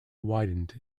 widened